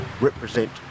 represent